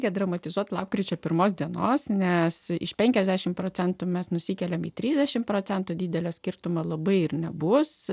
tie dramatizuoti lapkričio pirmos dienos nes iš penkasdešimt procentų mes nusikeliame į trisdešimt procentų didelio skirtumo labai ir nebus